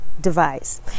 device